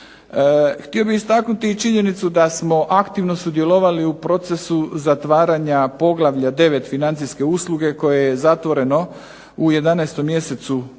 Htio bih istaknuti i činjenicu da smo aktivno sudjelovali u procesu zatvaranja poglavlja 9.-Financijske usluge koje je zatvoreno u 11. mjesecu